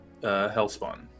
Hellspawn